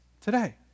today